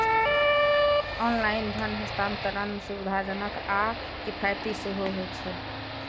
online धन हस्तांतरण सुविधाजनक आ किफायती सेहो होइ छै